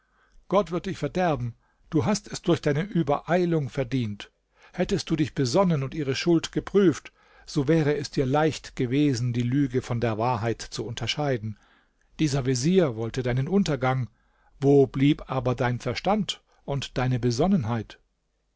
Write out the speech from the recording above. gott wird dich verderben du hast es durch deine übereilung verdient hättest du dich besonnen und ihre schuld geprüft so wäre es dir leicht gewesen die lüge von der wahrheit zu unterscheiden dieser vezier wollte deinen untergang wo blieb aber dein verstand und deine besonnenheit